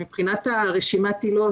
מבחינת רשימת העילות,